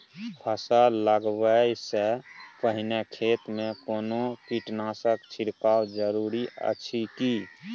फसल लगबै से पहिने खेत मे कोनो कीटनासक छिरकाव जरूरी अछि की?